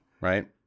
Right